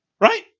Right